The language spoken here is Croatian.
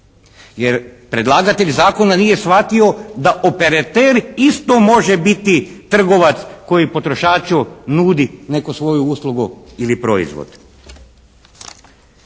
jer predlagatelj zakona nije shvatio da operater isto može biti trgovac koji potrošaču nudi neku svoju uslugu ili proizvod.